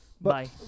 Bye